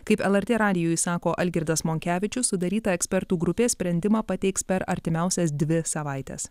kaip lrt radijui sako algirdas monkevičius sudaryta ekspertų grupė sprendimą pateiks per artimiausias dvi savaites